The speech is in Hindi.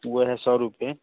वह है सौ रुपये